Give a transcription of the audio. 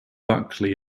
buckley